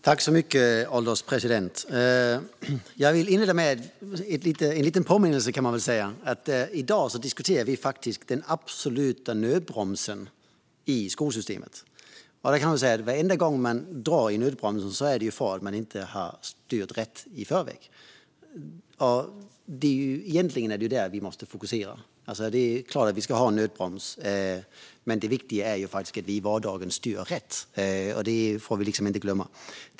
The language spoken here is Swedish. Herr ålderspresident! Jag vill inleda med en liten påminnelse: Det vi diskuterar i dag är faktiskt den absoluta nödbromsen i skolsystemet. Varenda gång man drar i nödbromsen är det för att man inte styrt rätt från början. Egentligen är det där vi måste lägga fokus. Det är klart att vi ska ha en nödbroms, men det viktiga är att vi styr rätt i vardagen. Det får vi inte glömma.